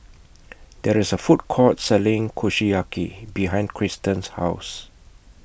There IS A Food Court Selling Kushiyaki behind Christen's House